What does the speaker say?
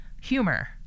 humor